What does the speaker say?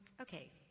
okay